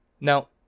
Now